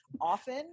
often